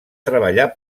treballar